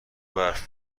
برف